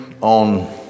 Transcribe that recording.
on